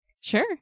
sure